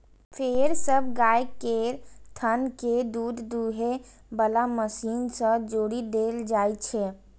फेर सब गाय केर थन कें दूध दुहै बला मशीन सं जोड़ि देल जाइ छै